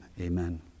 amen